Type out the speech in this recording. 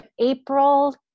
april